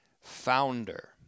founder